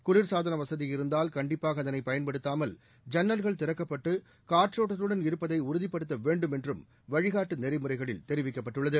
குளிய்சாதன வசதி இருந்தால் கண்டிப்பாக அதனை பயன்படுத்தாமல் ஜன்னல்கள் திறக்கப்பட்டு காற்றோட்டத்துடன் இருப்பதை உறுதிபடுத்த வேண்டும் என்றும் வழிகாட்டு நெறிமுறைகளில் தெரிவிக்கப்பட்டுள்ளது